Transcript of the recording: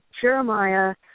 Jeremiah